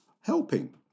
helping